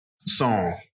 song